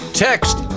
Text